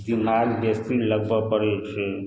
दिमाग बेसी लगबऽ पड़ै छै